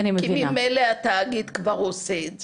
כי ממלא התאגיד כבר עושה את זה,